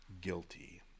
guilty